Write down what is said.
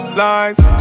lines